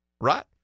right